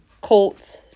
Colts